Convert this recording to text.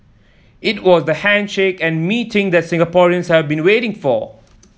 it was the handshake and meeting that Singaporeans have been waiting for